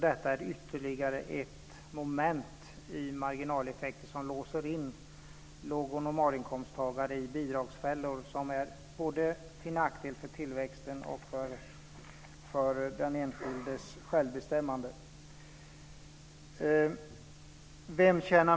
Detta är ytterligare ett moment i marginaleffekter som låser in låg och normalinkomsttagare i bidragsfällor, som är till nackdel både för tillväxten och för den enskildes självbestämmande.